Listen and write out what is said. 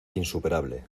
insuperable